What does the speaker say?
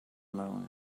moon